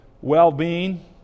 well-being